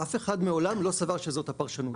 אף אחד מעולם לא סבר שזאת הפרשנות.